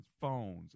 phones